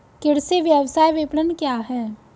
कृषि व्यवसाय विपणन क्या है?